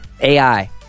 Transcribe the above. ai